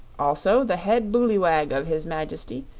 also the head boolywag of his majesty,